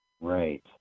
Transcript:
Right